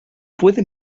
puede